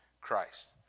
Christ